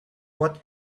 what